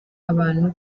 abantu